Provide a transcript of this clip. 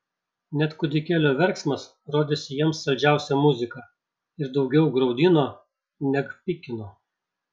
net kūdikėlio verksmas rodėsi jiems saldžiausia muzika ir daugiau graudino neg pykino